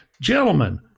gentlemen